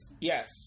Yes